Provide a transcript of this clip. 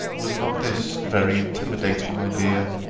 was not this very intimidating, my dear?